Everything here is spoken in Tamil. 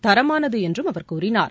தரமானதுஎன்றும் அவர் கூறினார்